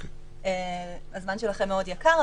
כי באמת הזמן שלכם מאוד יקר,